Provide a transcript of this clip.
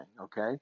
okay